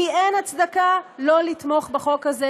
כי אין הצדקה לא לתמוך בחוק הזה,